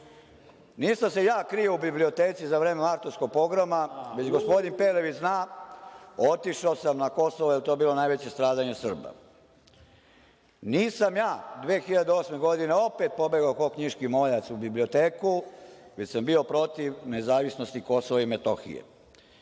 Nisam se ja krio u biblioteci za vreme martovskog pogroma, već gospodin Perović zna, otišao sam na Kosovo, jer je to bilo najveće stradanje Srba. Nisam ja 2008. godine opet pobegao ko knjiški moljac u biblioteku, već sam bio protiv nezavisnosti KiM.